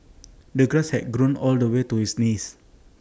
the grass had grown all the way to his knees